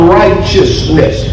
righteousness